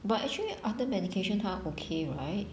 but actually after medication 他 okay right